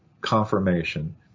confirmation